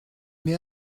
mais